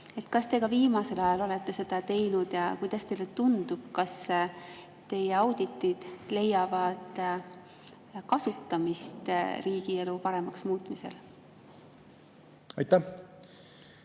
kas te ka viimasel ajal olete seda teinud. Kuidas teile tundub, kas teie auditid leiavad kasutamist riigielu paremaks muutmisel? Suur